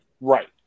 right